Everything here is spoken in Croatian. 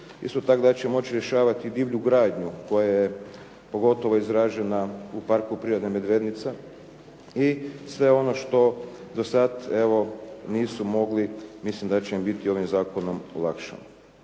Isto tako, da će moći rješavati divlju gradnju koja je pogotovo izražena u Parku prirode Medvednica i sve ono što do sad evo nisu mogli, mislim da će im biti ovim zakonom olakšano.